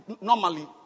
Normally